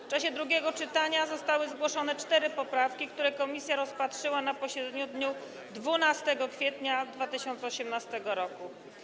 W czasie drugiego czytania zostały zgłoszone 4 poprawki, które komisja rozpatrzyła na posiedzeniu w dniu 12 kwietnia 2018 r.